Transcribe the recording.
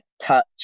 touch